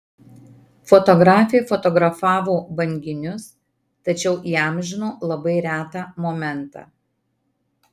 fotografė fotografavo banginius tačiau įamžino labai retą momentą